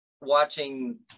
watching